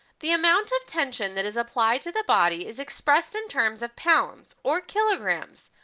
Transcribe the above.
the amount of tension that is applied to the body is expressed in terms of pounds or kilograms,